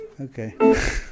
Okay